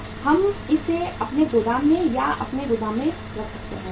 हम इसे अपने गोदाम में या अपने गोदाम में रखते हैं